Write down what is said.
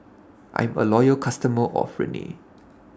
I'm A Loyal customer of Rene